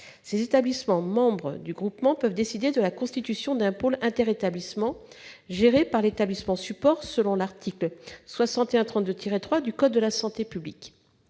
Ces établissements peuvent décider de la constitution d'un pôle interétablissements géré par l'établissement support, selon l'article L. 6132-3 du code de la santé publique.